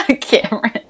Cameron